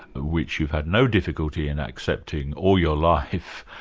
which you've had no difficulty in accepting all your life,